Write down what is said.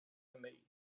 committee